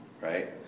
right